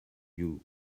you